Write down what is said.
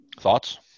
Thoughts